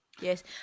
Yes